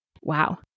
wow